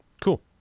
Cool